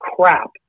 crap